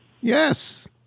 Yes